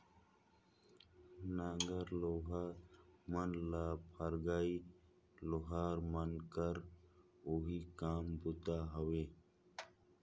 नांगर लोहा मन ल फरगई लोहार मन कर ओही काम बूता हवे